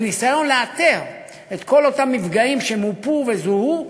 בניסיון לאתר את כל אותם מפגעים שמופו וזוהו,